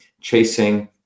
chasing